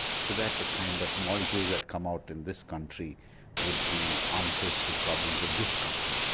so that the kind of molecules that come out in this country would be answers to problems of this country.